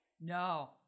No